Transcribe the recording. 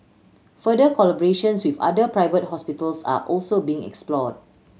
further collaborations with other private hospitals are also being explored